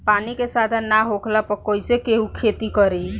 पानी के साधन ना होखला पर कईसे केहू खेती करी